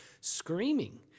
screaming